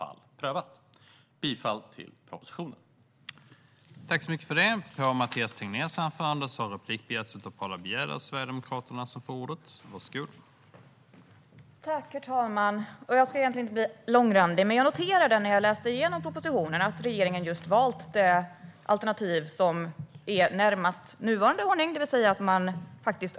Jag yrkar bifall till propositionen.